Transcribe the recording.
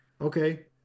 Okay